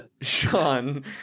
Sean